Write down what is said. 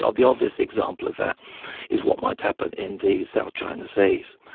ah the obvious example of that is what might happen in the south china sea.